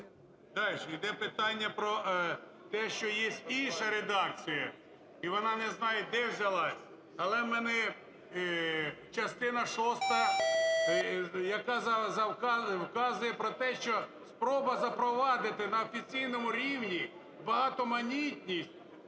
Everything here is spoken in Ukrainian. Дальше. Йде питання про те, що є інша редакція, і вона не знаю, де взялась. Але в мене частина шоста, як казали, вказує про те, що спроба запровадити на офіційному рівні багатоманітність…